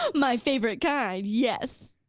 um my favorite kind, yes.